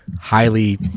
highly